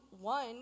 one